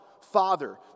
Father